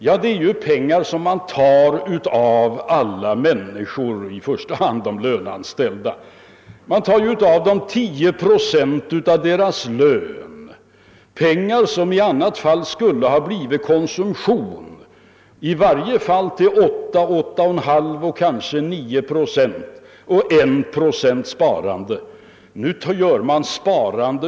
Jo, det är pengar som man tar av alla människor, i första hand från de löneanställda. Man tar 10 procent av deras lön. Det är pengar som i annat fall skulle ha blivit konsumerade, i varje fall till 8, 8,5 och kanske 9 procent, och endast 1 procent hade återstått för sparande.